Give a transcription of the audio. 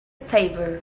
favor